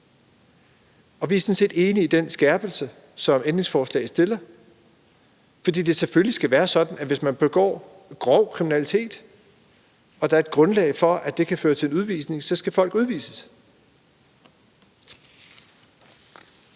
Og vi er sådan set enige i den skærpelse, som ændringsforslaget indebærer, fordi det selvfølgelig skal være sådan, at hvis man begår grov kriminalitet og der er et grundlag for, at det kan føre til en udvisning, så skal folk udvises.